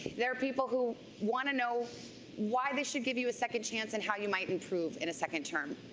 there are people who want to know why they should give you a second chance and how you might improve in a second term.